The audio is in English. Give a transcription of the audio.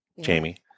Jamie